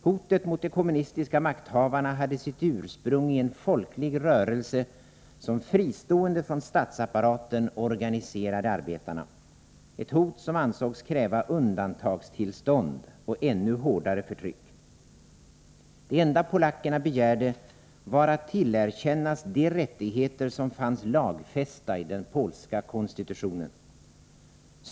Hotet mot de kommunistiska makthavarna hade sitt ursprung i en folklig rörelse som fristående från statsapparaten organiserade arbetarna, ett hot som ansågs kräva undantagstillstånd och ännu hårdare förtryck. Det enda polackerna begärde var att tillerkännas de rättigheter som fanns lagfästa i den polska konstitutionen.